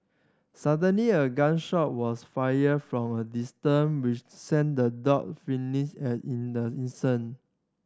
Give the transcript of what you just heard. suddenly a gun shot was fired from a distance which sent the dog fleeing in the instant